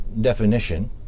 definition